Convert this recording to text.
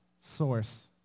source